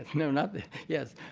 you know not yes,